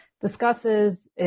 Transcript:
discusses